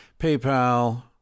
PayPal